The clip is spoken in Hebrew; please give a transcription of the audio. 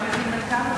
כולם יודעים בן כמה אתה.